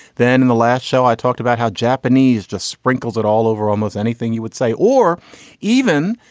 then in the last show i talked about how japanese just sprinkles it all over. almost anything you would say or even,